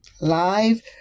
live